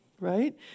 right